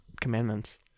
commandments